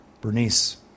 Bernice